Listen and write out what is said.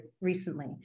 recently